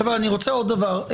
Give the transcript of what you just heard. חבר'ה, גברתי, אני רוצה עוד דבר: